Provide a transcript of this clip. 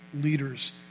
leaders